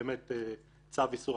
צריך לעשות איזושהי